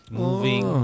moving